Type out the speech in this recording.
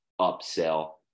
upsell